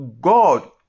God